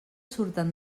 surten